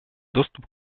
доступ